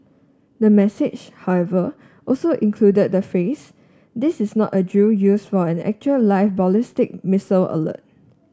the message however also included the phrase this is not a drill used for an actual live ballistic missile alert